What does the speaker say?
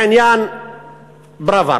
בעניין פראוור,